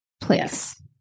place